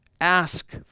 ask